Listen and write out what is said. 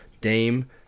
Dame